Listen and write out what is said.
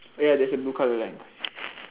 oh ya there's a blue colour line